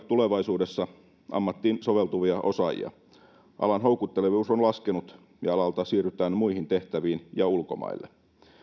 tulevaisuudessa ammattiin soveltuvia osaajia alan houkuttelevuus on laskenut ja alalta siirrytään muihin tehtäviin ja ulkomaille